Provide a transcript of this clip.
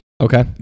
okay